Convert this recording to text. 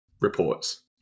reports